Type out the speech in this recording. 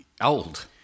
old